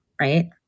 right